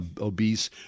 obese